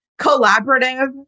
collaborative